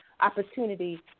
opportunity